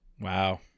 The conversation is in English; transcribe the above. Wow